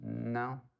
No